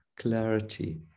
clarity